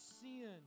sin